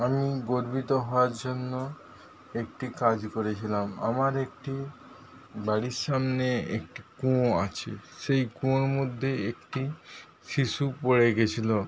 আমি গর্বিত হওয়ার জন্য একটি কাজ করেছিলাম আমার একটি বাড়ির সামনে একটি কুঁয়ো আছে সেই কুঁয়োর মধ্যে একটি শিশু পড়ে গেছিলো